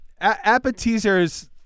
Appetizers